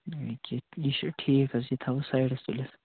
یہِ چھُ ٹھیٖک حظ یہِ تھاو حظ سایڈس تُلِتھ